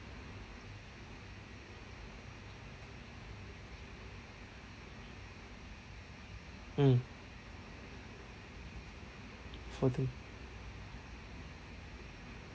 mm forty